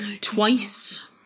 Twice